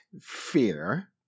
fear